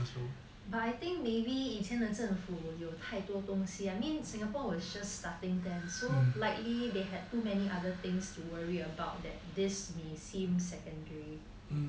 but I think maybe 以前政府有太多东西 I mean singapore was just starting then so likely they had too many other things to worry about that this may seem secondary